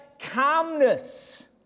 calmness